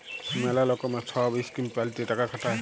ম্যালা লকমের সহব ইসকিম প্যালে টাকা খাটায়